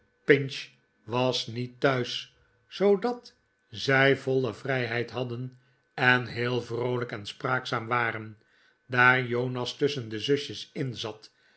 was niet thuis zoodat zij voile vrijheid hadden en heel vroolijk en spraakzaam waren daar jonas tusschen de zusters in zat